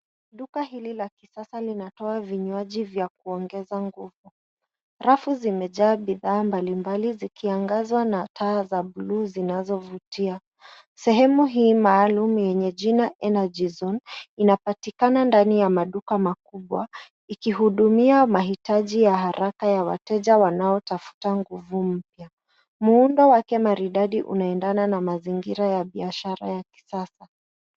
Duka hili la kisasa linatoa vinywaji vya kuongeza nguuv. Rafu zimejaa bidhaa mbalimbali zikiangazwa na taa za blue zinazovutia. Sehemu hii maalum yenye jina energyzone inapatikana ndani ya maduka makubwa ikihudumia hitaji ya haraka ya wateja wanaotafuta nguvu. Muundo wake maridadi unaendana na mazingira ya biashara ya kisasa.